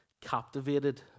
captivated